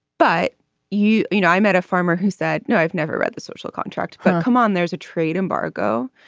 but you you know i met a farmer who said no i've never read the social contract but come on there's a trade embargo.